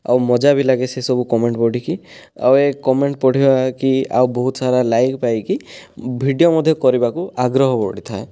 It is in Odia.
ଆଉ ମଜା ବି ଲାଗେ ସେସବୁ କମେଣ୍ଟ ପଢ଼ିକି ଆଉ ଏ କମେଣ୍ଟ ପଢ଼ିବା କି ଆଉ ବହୁତସାରା ଲାଇକ୍ ପାଇକି ଭିଡ଼ିଓ ମଧ୍ୟ କରିବାକୁ ଆଗ୍ରହ ବଢ଼ିଥାଏ